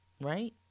right